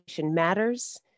matters